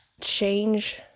change